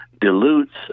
dilutes